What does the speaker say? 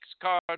card